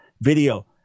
video